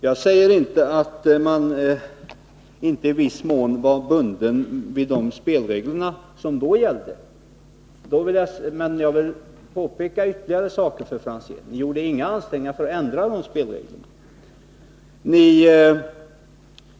Jag säger inte att man inte i viss mån var bunden vid de spelregler som då gällde, men jag vill påpeka ytterligare ett par saker för Ivar Franzén. Ni gjorde inga ansträngningar för att ändra de spelreglerna.